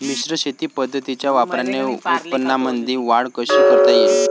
मिश्र शेती पद्धतीच्या वापराने उत्पन्नामंदी वाढ कशी करता येईन?